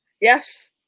Yes